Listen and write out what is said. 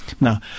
Now